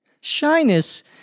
Shyness